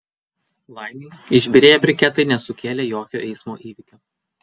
laimei išbyrėję briketai nesukėlė jokio eismo įvykio